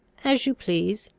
as you please.